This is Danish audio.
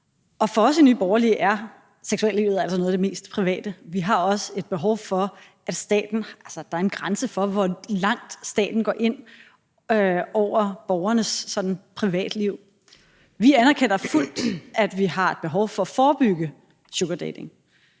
på. For os i Nye Borgerlige er seksuallivet altså noget af det mest private. Vi har også et behov for, at der er en grænse for, hvor langt staten går ind over borgernes sådan privatliv. Vi anerkender fuldt, at vi har et behov for at forebygge sugardating,